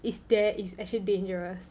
is there is actually dangerous